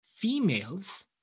Females